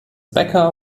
bäcker